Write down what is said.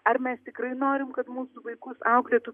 ar mes tikrai norim kad mūsų vaikus auklėtų